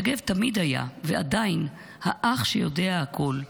יגב תמיד היה, ועדיין, האח שיודע הכול.